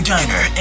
Diner